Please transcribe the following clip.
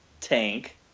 Tank